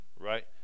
right